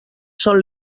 són